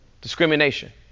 Discrimination